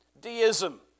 Deism